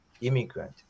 Immigrant